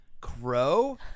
crow